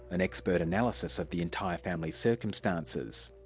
an expert analysis of the entire family's circumstances.